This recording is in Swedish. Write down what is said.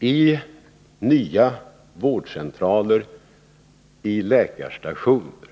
i nya vårdcentraler och i läkarstationer.